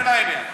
תענה לעניין.